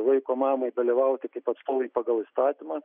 vaiko mamai dalyvauti kaip atstovui pagal įstatymą